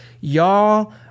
y'all